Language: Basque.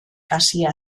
hasia